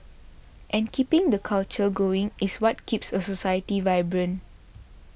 and keeping the culture going is what keeps a society vibrant